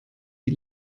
die